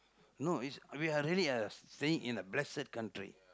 no it's we are really uh staying in a blessed country